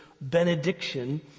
benediction